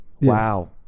wow